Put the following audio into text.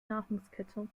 nahrungskette